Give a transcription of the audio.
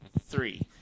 three